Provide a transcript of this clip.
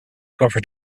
cover